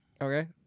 Okay